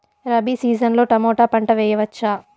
Rabi season లో tomato పంట వేయవచ్చా?